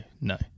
no